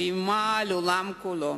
שאיימה על העולם כולו,